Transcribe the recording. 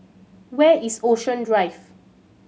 where is Ocean Drive